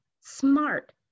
smart